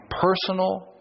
personal